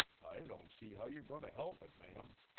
i don't see how you're goin' to help it, ma'am.